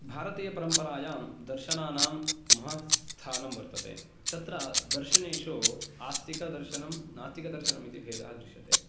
भारतीयपरम्परायां दर्शनानां महत् स्थानं वर्तते तत्र दर्शनेषु आस्तिकदर्शनं नास्तिकदर्शनम् इति भेदः दृश्यते